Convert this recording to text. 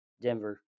Denver